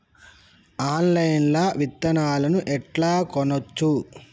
Online లా విత్తనాలను ఎట్లా కొనచ్చు?